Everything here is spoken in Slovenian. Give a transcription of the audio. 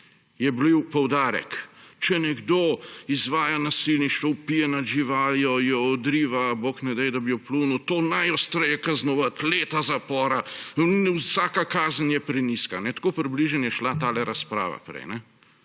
je bil poudarek, če nekdo izvaja nasilništvo, vpije nad živaljo, jo odriva, bog ne daj, da bi jo pljunil, to najostreje kaznovati, leta zapora, vsaka kazen je prenizka. Tako približno je šla ta razprava prej.